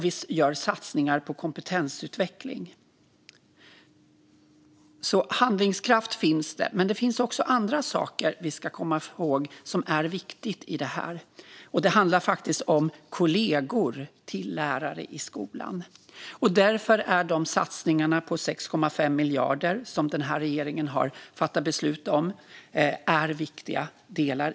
Vi gör satsningar på kompetensutveckling. Handlingskraft finns alltså. Men det finns också andra saker som är viktiga i detta. Det handlar om kollegor till lärare i skolan. Därför är de satsningar på 6,5 miljarder som den här regeringen har fattat beslut om viktiga delar.